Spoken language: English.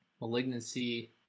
malignancy